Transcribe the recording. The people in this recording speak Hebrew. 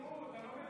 תן לו קרדיט, נו.